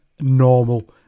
normal